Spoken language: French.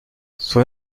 son